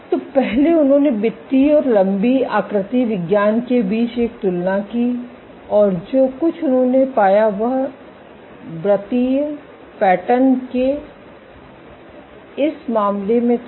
तो पहले उन्होंने वृत्तीय और लम्बी आकृति विज्ञान के बीच एक तुलना की और जो कुछ उन्होंने पाया वह वृत्तीय पैटर्न के इस मामले में था